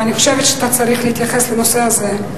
ואני חושבת שאתה צריך להתייחס לנושא הזה.